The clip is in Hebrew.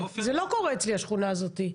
זה לא קורה אצלי השכונה הזאת.